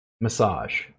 massage